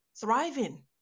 thriving